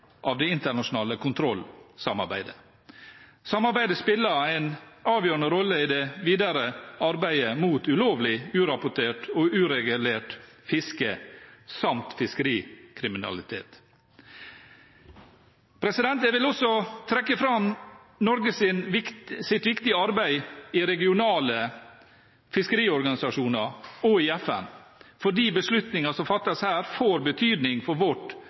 av det internasjonale kontrollsamarbeidet. Samarbeidet spiller en avgjørende rolle i det videre arbeidet mot ulovlig, urapportert og uregulert fiske samt fiskerikriminalitet. Jeg vil også trekke fram Norges viktige arbeid i regionale fiskeriorganisasjoner og i FN, fordi beslutninger som fattes her, får betydning for vårt